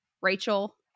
Rachel